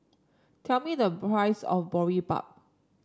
tell me the price of Boribap